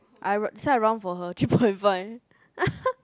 I round this one I round for her three point five